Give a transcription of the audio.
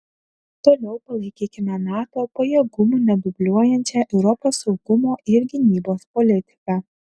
toliau palaikykime nato pajėgumų nedubliuojančią europos saugumo ir gynybos politiką